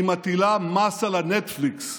היא מטילה מס על נטפליקס.